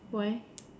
why